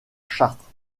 chartres